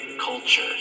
culture